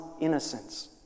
innocence